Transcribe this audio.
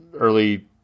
early